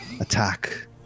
attack